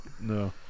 no